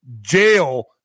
jail